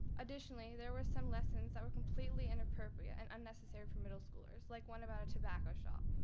additionally there were some lessons that were completely inappropriate and unnecessary for middle schoolers like one about a tobacco shop.